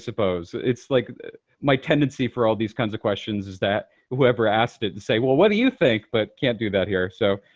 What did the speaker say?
suppose. it's like my tendency for all these kinds of questions is that whoever asked it to say, well, what do you think? but can't do that here. so